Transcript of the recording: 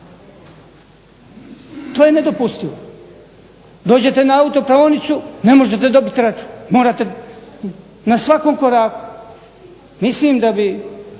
To je nedopustivo. Dođete na autopraonicu ne možete dobiti račun, morate na svakom koraku. Mislim da bi